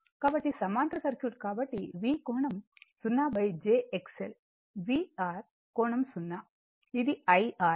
కాబట్టి సమాంతర సర్క్యూట్ కాబట్టి V కోణం 0jXL VR కోణం 0 ఇది IR